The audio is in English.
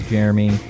Jeremy